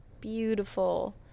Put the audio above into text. beautiful